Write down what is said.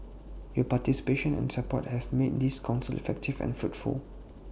your participation and support have made this Council effective and fruitful